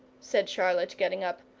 said charlotte, getting up.